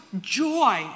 joy